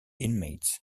inmates